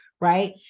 right